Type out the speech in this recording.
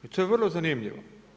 I to je vrlo zanimljivo.